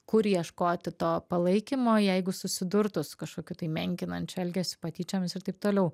kur ieškoti to palaikymo jeigu susidurtų su kažkokiu tai menkinančiu elgesiu patyčiomis ir taip toliau